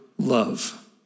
love